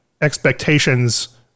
expectations